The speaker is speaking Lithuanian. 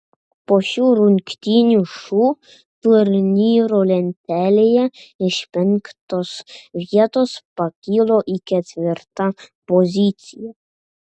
po šių rungtynių šu turnyro lentelėje iš penktos vietos pakilo į ketvirtą poziciją